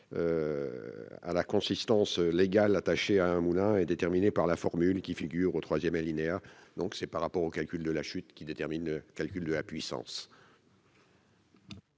à la consistance légal attaché à un moulin est déterminée par la formule qui figure au 3ème alinéa, donc c'est par rapport au calcul de la chute qui détermine, calcul de la puissance.